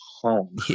home